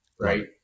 right